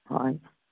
ꯍꯣꯏ